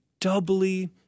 doubly